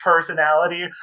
personality